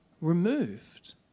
removed